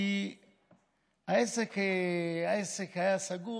כי העסק היה סגור,